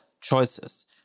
choices